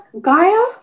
Gaia